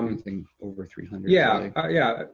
anything over three hundred. yeah, ah yeah.